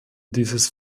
dieses